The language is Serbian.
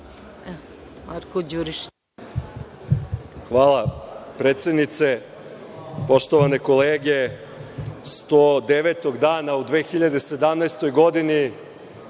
**Marko Đurišić** Hvala, predsednice. Poštovane kolege, 109. dana u 2017. godini